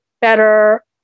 better